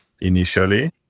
initially